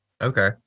Okay